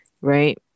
right